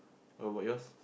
what about yours